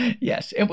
Yes